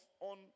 on